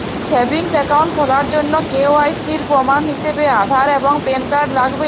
savings account খোলার জন্য KYC এর প্রমাণ হিসেবে আধার এবং প্যান কার্ড লাগবে